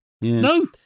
no